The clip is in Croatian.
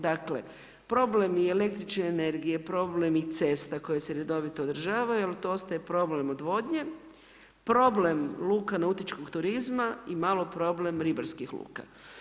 Dakle, problem je i električne energije, problem i cesta koje se redovito održavaju ali to ostaje problem odvodnje, problem luka nautičkog turizma, i malo problem ribarskih luka.